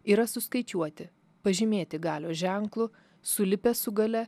yra suskaičiuoti pažymėti galios ženklu sulipę su galia